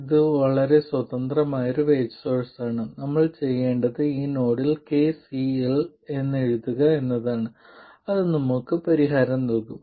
അതിനാൽ ഇതൊരു സ്വതന്ത്രമായ വേജ് സോഴ്സാണ് നമ്മൾ ചെയ്യേണ്ടത് ഈ നോഡിൽ KCL എന്ന് എഴുതുക എന്നതാണ് അത് നമുക്ക് പരിഹാരം നൽകും